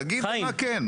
תגיד מה כן,